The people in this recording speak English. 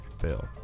fail